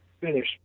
finish